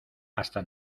hasta